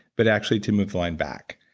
but actually to move the line back.